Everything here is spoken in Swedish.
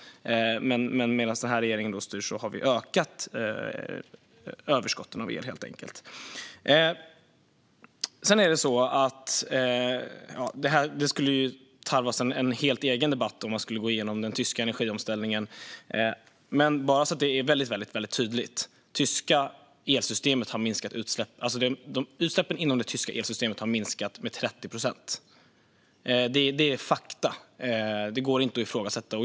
Men under den tid som regeringen har styrt har vi ökat överskotten av el. Det skulle tarva en helt egen debatt om vi ska gå igenom den tyska energiomställningen, men bara så att det är tydligt: Utsläppen inom det tyska elsystemet har minskat med 30 procent. Detta är fakta och går inte att ifrågasätta.